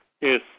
yes